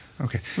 Okay